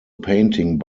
painting